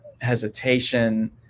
hesitation